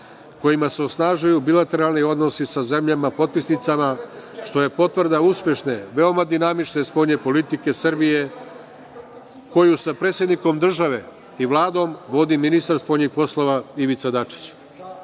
kojima se osnažuju bilateralni odnosi sa zemljama potpisnicama što je potvrda uspešne, veoma dinamične spoljne politike Srbije, koju sa predsednikom države i Vladom, vodi ministar spoljnih poslova Ivica Dačić.